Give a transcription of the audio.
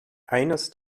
eines